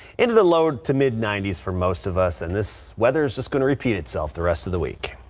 in the low to mid ninety s for most of us and this weather is just going to repeat itself the rest of the week.